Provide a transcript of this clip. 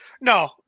no